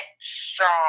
strong